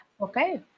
Okay